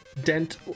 Dent